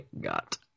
got